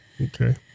Okay